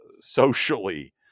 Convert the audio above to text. socially